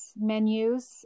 menus